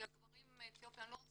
עובדים משרות מלאות.